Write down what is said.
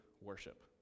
worship